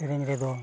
ᱥᱮᱨᱮᱧ ᱨᱮᱫᱚ